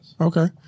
Okay